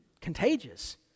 contagious